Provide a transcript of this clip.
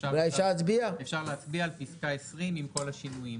אפשר להצביע על פיסקה 20 עם כל השינויים.